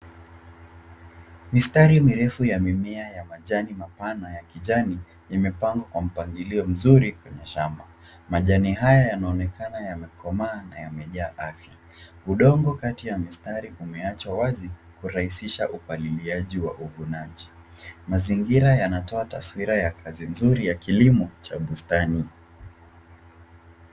Mistari mirefu ya mimea ya majani mapana ya kijani imepangwa kwa mpangilio mzuri kwenye shamba. Majani haya yanaonekana yamekomaa na yamejaa afya. Udongo kati ya mistari umewachwa wazi kurahisisha upaliliaji wa uvunaji. Mazingira yanatoa taswira ya kazi nzuri ya kilimo cha bustani.